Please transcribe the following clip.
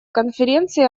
конференции